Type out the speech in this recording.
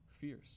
fierce